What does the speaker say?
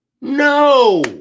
No